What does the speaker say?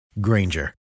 Granger